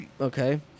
Okay